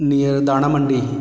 near Dana Mandi